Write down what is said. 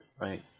right